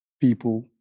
people